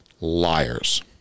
liars